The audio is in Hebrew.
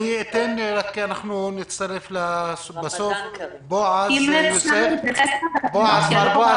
אני אדבר בכובע של ממונה מחוז